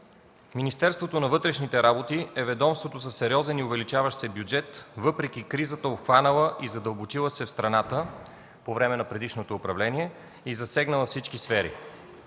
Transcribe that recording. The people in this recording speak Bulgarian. Министерството на вътрешните работи е ведомството със сериозен и увеличаващ се бюджет въпреки кризата, обхванала и задълбочила се в страната по време на предишното управление и засегнала всички сфери.